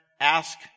Ask